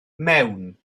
mewn